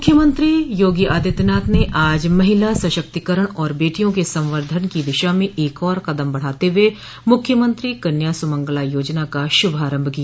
मुख्यमंत्री योगी आदित्यनाथ ने आज महिला सशक्तिकरण और बेटियों के संवर्द्वन की दिशा में एक और कदम बढ़ाते हुए मुख्यमंत्री कन्या सुमंगला योजना का शुभारंभ किया